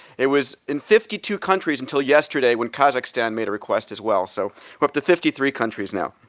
it was in fifty two countries until yesterday, when kazakhstan made a request as well. so we're up to fifty three countries now.